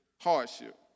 hardship